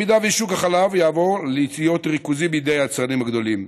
אם שוק החלב יעבור להיות ריכוזי בידי היצרנים הגדולים,